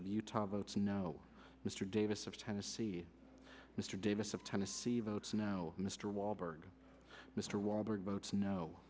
of utah votes no mr davis of tennessee mr davis of tennessee votes no mr walberg mr walberg votes no